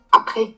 après